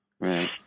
Right